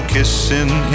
Kissing